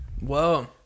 Whoa